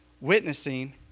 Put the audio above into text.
witnessing